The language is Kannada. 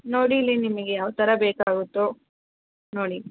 ನೋಡಿ ಇಲ್ಲಿ ನಿಮಗೆ ಯಾವ ಥರ ಬೇಕಾಗುತ್ತೋ ನೋಡಿ